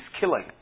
killing